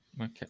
Okay